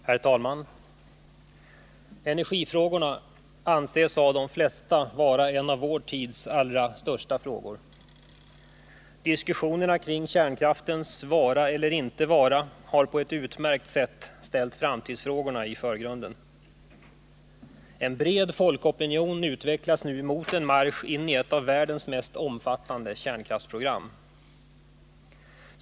Herr talman! Energifrågorna anses av de flesta tillhöra vår tids allra största frågor. Diskussionen om kärnkraftens vara eller inte vara har på ett utmärkt sätt ställt framtidsfrågorna i förgrunden. En bred folkopinion utvecklas nu mot en marsch in i ett av världens mest omfattande kärnkraftsprogram.